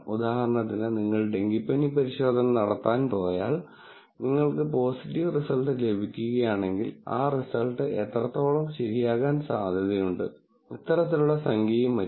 ഉദാഹരണത്തിന് നിങ്ങൾ ഡെങ്കിപ്പനി പരിശോധന നടത്താൻ പോയാൽ നിങ്ങൾക്ക് പോസിറ്റീവ് റിസൾട്ട് ലഭിക്കുകയാണെങ്കിൽ ആ റിസൾട്ട് എത്രത്തോളം ശരിയാകാൻ സാധ്യതയുണ്ട് ഇത്തരത്തിലുള്ള സംഖ്യയും മറ്റും